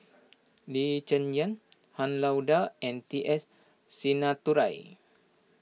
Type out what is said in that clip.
Lee Cheng Yan Han Lao Da and T S Sinnathuray